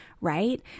right